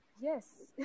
Yes